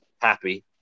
happy